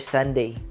Sunday